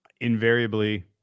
invariably